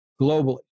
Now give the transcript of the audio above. globally